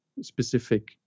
specific